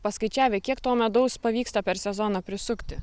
paskaičiavę kiek to medaus pavyksta per sezoną prisukti